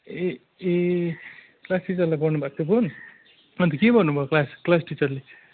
ए ए क्लास टिचरलाई गर्नुभएको थियो फोन अन्त के भन्नुभयो क्लास क्लास टिचरले